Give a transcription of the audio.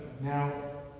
now